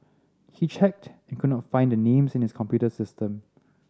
he checked and could not find the names in his computer system